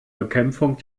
bekämpfung